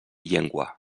llengua